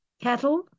cattle